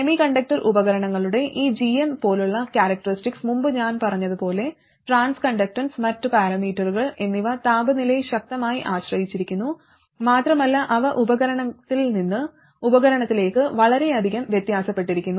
semiconductor ഉപകരണങ്ങളുടെ ഈ gm പോലുള്ള ക്യാരക്ടറിസ്റ്റികസ് മുമ്പ് ഞാൻ പറഞ്ഞതുപോലെ ട്രാൻസ് കണ്ടക്ടൻസ് മറ്റ് പാരാമീറ്ററുകൾ എന്നിവ താപനിലയെ ശക്തമായി ആശ്രയിച്ചിരിക്കുന്നു മാത്രമല്ല അവ ഉപകരണത്തിൽ നിന്ന് ഉപകരണത്തിലേക്ക് വളരെയധികം വ്യത്യാസപ്പെട്ടിരിക്കുന്നു